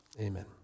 amen